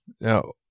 No